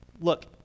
Look